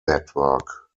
network